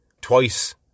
twice